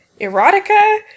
erotica